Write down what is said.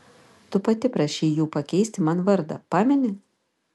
tu pati prašei jų pakeisti man vardą pameni